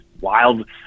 wild